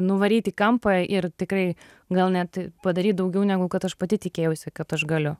nuvaryt į kampą ir tikrai gal net padaryt daugiau negu kad aš pati tikėjausi kad aš galiu